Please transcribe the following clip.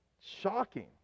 shocking